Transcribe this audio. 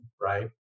Right